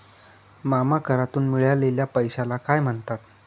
मामा करातून मिळालेल्या पैशाला काय म्हणतात?